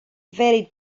very